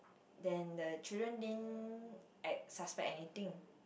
then the children didn't ac~ suspect anything